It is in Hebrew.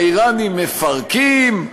האיראנים מפרקים,